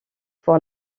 pour